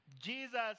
Jesus